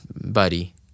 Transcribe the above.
buddy